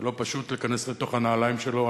לא פשוט להיכנס לתוך הנעליים שלו.